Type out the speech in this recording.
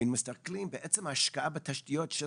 ואם מסתכלים בעצם על ההשקעה בתשתיות של